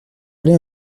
aller